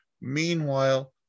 Meanwhile